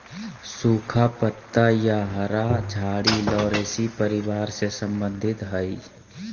सुखा पत्ता या हरा झाड़ी लॉरेशी परिवार से संबंधित हइ